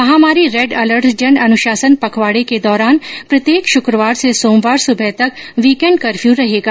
महामारी red alert जन अनुशासन पखवाडे के दौरान प्रत्येक शुकवार से सोमवार सुबह तक वीकेण्ड कर्फ्यू रहेगा